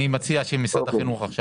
אני מציע שמשרד החינוך יציג את המצגת שלו.